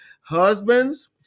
Husbands